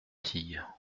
tille